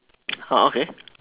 okay